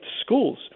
schools